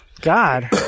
God